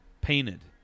painted